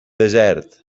desert